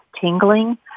tingling